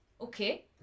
okay